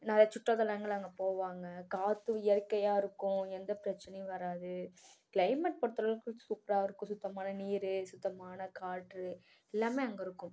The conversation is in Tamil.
நிறையா சுற்றுலாத்தலங்கள் அங்கே போவாங்க காற்றும் இயற்கையாக இருக்கும் எந்த பிரச்சனையும் வராது கிளைமேட் பொருத்தளவுக்கு சூப்பராக இருக்கும் சுத்தமான நீர் சுத்தமான காற்று எல்லாமே அங்கே இருக்கும்